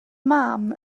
mam